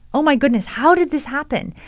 oh, my goodness, how did this happen?